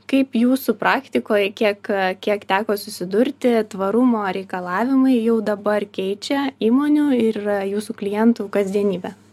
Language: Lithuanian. kaip jūsų praktikoje kiek kiek teko susidurti tvarumo reikalavimai jau dabar keičia įmonių ir yra jūsų klientų kasdienybė